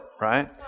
right